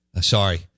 Sorry